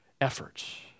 efforts